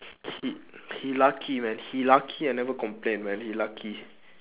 he he lucky man he lucky I never complain man he lucky